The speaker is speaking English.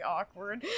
awkward